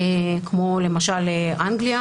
כמו למשל אנגליה,